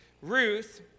Ruth